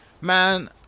Man